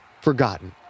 forgotten